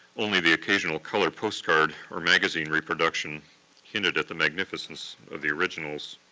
only the occasional color postcard or magazine reproduction hinted at the magnificence of the originals.